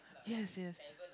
yes yes